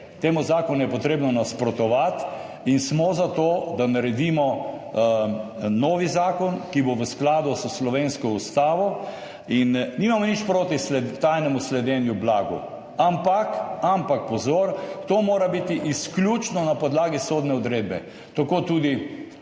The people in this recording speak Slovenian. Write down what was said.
temu zakonu je potrebno nasprotovati in smo za to, da naredimo nov zakon, ki bo v skladu s slovensko ustavo. Nič nimamo proti tajnemu sledenju blagu, ampak pozor, to mora biti izključno na podlagi sodne odredbe. Tako